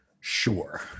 sure